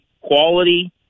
quality